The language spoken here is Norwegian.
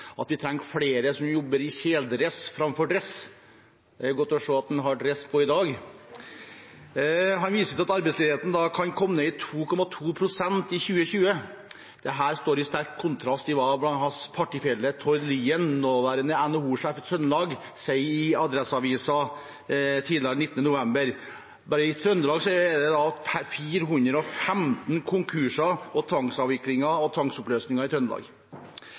godt å se at han har dress på seg i dag. Han viser til at arbeidsledigheten da kan komme ned i 2,2 pst. i 2020. Dette står i sterk kontrast til hva hans partifelle Tord Lien, nåværende NHO-sjef i Trøndelag, sier i Adresseavisen 19. november. Bare i Trøndelag er det 415 konkurser, tvangsavviklinger og tvangsoppløsninger. Konkurransen i